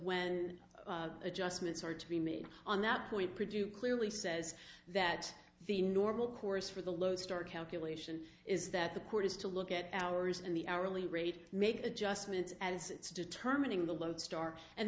when adjustments are to be made on that point produce clearly says that the normal course for the lodestar calculation is that the court has to look at hours and the hourly rate make adjustments as it's determining the lodestar and